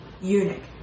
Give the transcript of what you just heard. eunuch